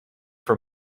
for